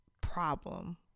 problem